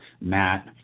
Matt